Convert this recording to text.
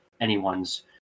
anyone's